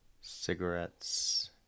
cigarettes